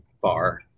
bar